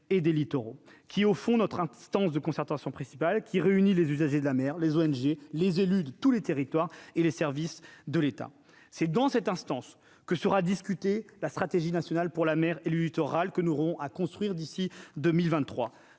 et des littoraux qui, au fond, notre instance de concertation principal qui réunit les usagers de la mer, les ONG, les élus de tous les territoires et les services de l'État, c'est dans cette instance que sera discuté la stratégie nationale pour la mer et lutte orale que nous aurons à construire d'ici 2023